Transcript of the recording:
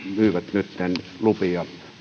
myyvät nytten lupia